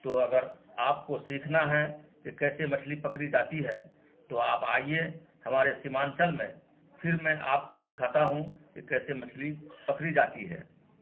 تو اگر آپ کو سیکھنا ہے کہ کیسے مچھلی پکڑی جاتی ہے تو آپ آئیے ہمارے سیمانچل میں پھر میں آپ کو سکھاتا ہوں کہ کیسے مچھلی پکڑی جاتی ہے